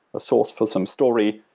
ah source for some story.